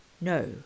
no